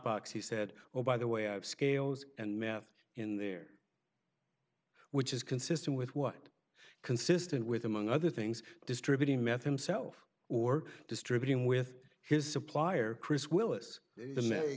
box he said oh by the way i've scales and meth in there which is consistent with what consistent with among other things distributing meth himself or distributing with his supplier chris willis